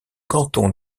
canton